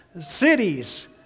cities